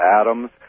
atoms